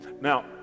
now